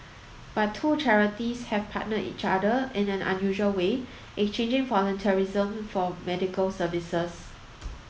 but two charities have partnered each other in an unusual way exchanging volunteerism for medical services